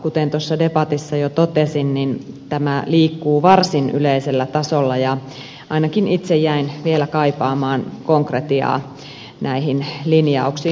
kuten tuossa debatissa jo totesin niin tämä liikkuu varsin yleisellä tasolla ja ainakin itse jäin vielä kaipaamaan konkretiaa näihin linjauksiin